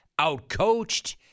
outcoached